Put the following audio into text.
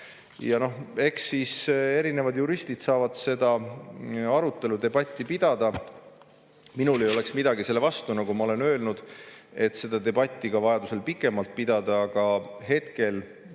kohaks. Eks juristid saavad seda arutelu, debatti pidada. Minul ei oleks midagi selle vastu, nagu ma olen öelnud, et seda debatti vajadusel pikemalt pidada, aga hetkel